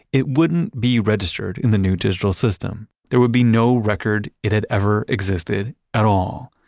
it wouldn't be registered in the new digital system. there would be no record it had ever existed at all.